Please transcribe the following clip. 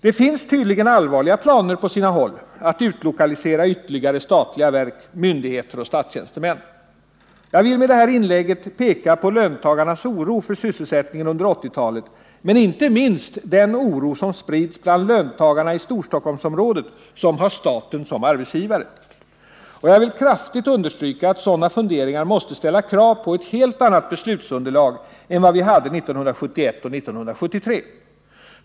Det finns tydligen allvarliga planer på sina håll att utlokalisera ytterligare statliga verk, myndigheter och statstjänstemän. Jag vill med detta inlägg peka på löntagarnas oro för sysselsättningen under 1980-talet men inte minst på den oro som sprids bland de löntagare i Storstockholmsområdet som har staten som arbetsgivare. Och jag vill kraftigt understryka att sådana funderingar måste ställa krav på ett helt annat beslutsunderlag än vad vi hade 1971 och 1973.